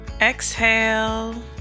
Exhale